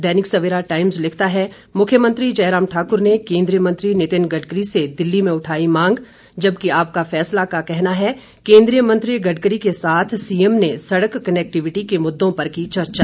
दैनिक Savera Times लिखता है मुख्यमंत्री जयराम ठाकुर ने केन्द्रीय मंत्री नितिन गडकरी से दिल्ली में उठाई मांग जबकि आपका फैसला का कहना है केन्द्रीय मंत्री गडकरी के साथ सीएम ने सड़क कनेक्टिविटी के मुद्दों पर की चर्चा